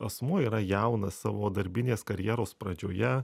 asmuo yra jaunas savo darbinės karjeros pradžioje